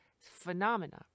phenomena